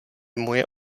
moje